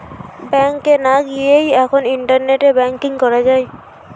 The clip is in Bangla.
ব্যাংকে না গিয়েই এখন ইন্টারনেটে ব্যাঙ্কিং করা যায়